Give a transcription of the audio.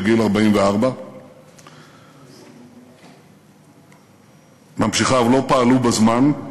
בגיל 44. ממשיכיו לא פעלו בזמן,